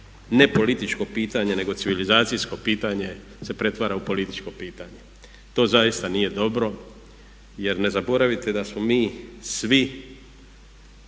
ne političko pitanje nego civilizacijsko pitanje se pretvara u političko pitanje. To zaista nije dobro jer ne zaboravite da smo mi svi